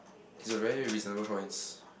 is a very reasonable